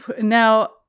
Now